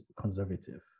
conservative